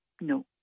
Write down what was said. No